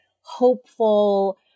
hopeful